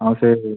ଆଉ ସେଇ